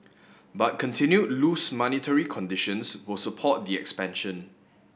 but continued loose monetary conditions will support the expansion